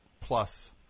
plus